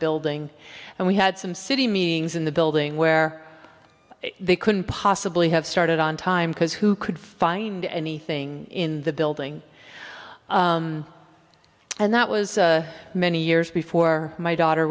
building and we had some city meetings in the building where they couldn't possibly have started on time because who could find anything in the building and that was many years before my daughter